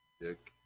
Dick